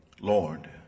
Lord